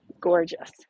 gorgeous